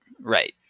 Right